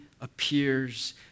appears